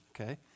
okay